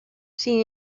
sin